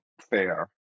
fair